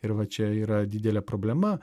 ir va čia yra didelė problema